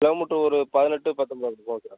kilo metre ஒரு பதினெட்டு பத்தொம்பது போகும் சார்